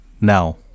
now